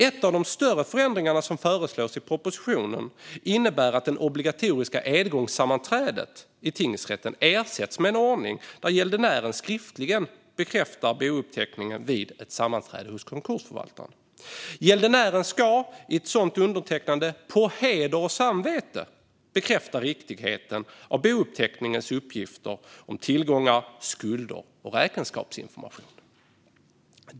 En av de större förändringar som regeringen föreslår i propositionen innebär att det obligatoriska edgångssammanträdet i tingsrätten ersätts med en ordning där gäldenären skriftligen bekräftar bouppteckningen vid ett sammanträde hos konkursförvaltaren. Gäldenären ska genom ett sådant undertecknande på heder och samvete bekräfta riktigheten av bouppteckningens uppgifter om tillgångar, skulder och räkenskapsinformation.